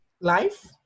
life